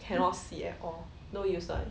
cannot see at all no use [one]